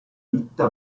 ditta